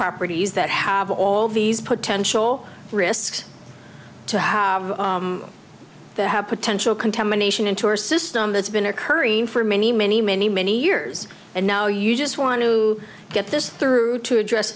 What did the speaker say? properties that have all these potential risks to have to have potential contamination into our system that's been occurring for many many many many years and now you just want to get this through to address